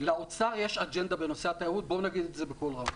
לאוצר יש אג'נדה אחת בנושא התיירות בואו נגיד את זה בקול רם.